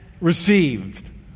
received